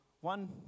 one